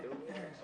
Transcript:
ננעלה בשעה